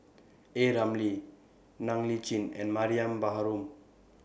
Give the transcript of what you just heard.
A Ramli Ng Li Chin and Mariam Baharom